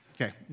Okay